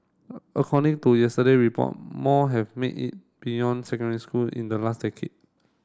a according to yesterday report more have made it beyond secondary school in the last decade